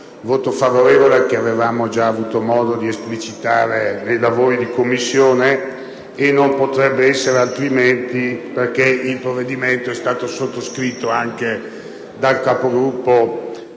in esame, che avevamo già avuto modo di esplicitare nei lavori di Commissione. Non potrebbe essere altrimenti, perché esso è stato sottoscritto anche dal Capogruppo